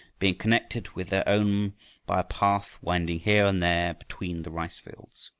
being connected with their own by a path winding here and there between the rice-fields.